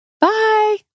Bye